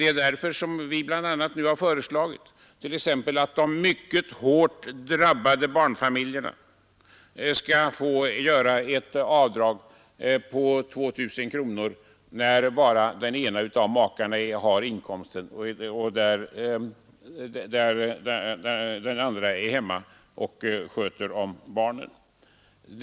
Det är därför som vi bl.a. nu har föreslagit t.ex. att de mycket hårt drabbade barnfamiljerna skall få göra ett avdrag på 2 000 kronor när bara den ena av makarna har inkomst och den andra är hemma och sköter om barnen.